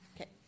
Okay